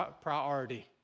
priority